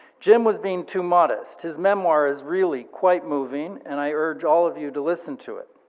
jim was being too modest. his memoir is really quite moving, and i urge all of you to listen to it.